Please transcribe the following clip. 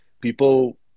People